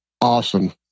awesome